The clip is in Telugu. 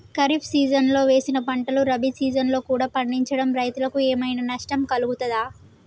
ఖరీఫ్ సీజన్లో వేసిన పంటలు రబీ సీజన్లో కూడా పండించడం రైతులకు ఏమైనా నష్టం కలుగుతదా?